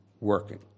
working